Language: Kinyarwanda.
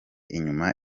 inyuma